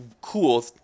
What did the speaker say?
Cool